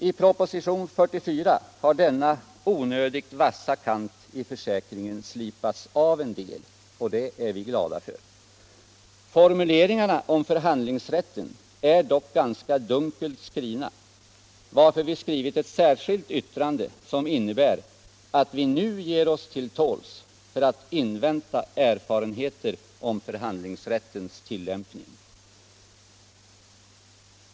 I proposition 44 har denna onödigt vassa kant i försäkringen slipats av en del, och det är vi glada för. Formuleringarna om förhandlingsrätten är dock ganska dunkla, varför vi avgivit ett särskilt yttrande som innebär att vi nu ger oss till tåls för att invänta erfarenheter av förhandlingsrättens tillämpning.